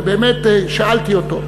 ובאמת שאלתי אותו.